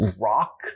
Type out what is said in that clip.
rock